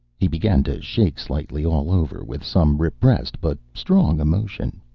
he began to shake slightly all over, with some repressed but strong emotion.